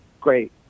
great